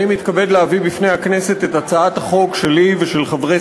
אני מתכבד להביא בפני הכנסת את הצעת החוק שלי ושל חברי